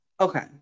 Okay